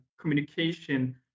communication